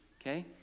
okay